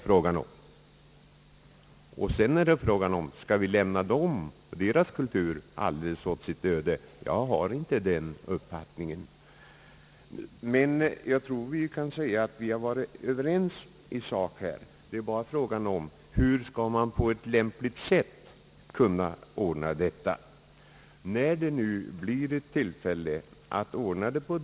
Frågan är då: Skall vi lämna samerna och deras kultur alldeles åt sitt öde? Jag har inte den uppfattningen. Jag tror emellertid att vi kan säga, att vi är överens i sak. Problemet är bara hur vi på ett lämpligt sätt skall kunna ordna deras förhållanden.